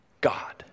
God